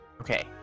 Okay